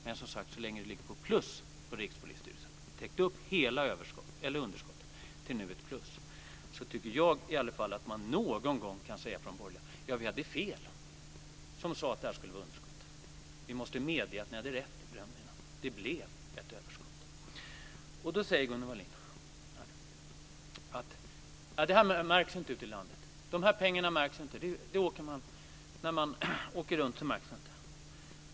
Men som sagt, så länge resultatet ligger på plus på Rikspolisstyrelsen, vi har täckt upp hela underskottet till att nu få ett plus, tycker jag i alla fall att man någon gång från borgerligt håll kan säga: Ja, vi hade fel som sade att det skulle bli underskott. Vi måste medge att ni hade rätt i bedömningarna. Det blev ett överskott. Då säger Gunnel Wallin att de här pengarna inte märks ute i landet. När man åker runt märks de inte.